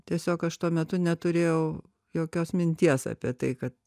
tiesiog aš tuo metu neturėjau jokios minties apie tai kad